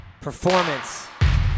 Performance